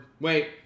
wait